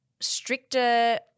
stricter